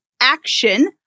action